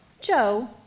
Joe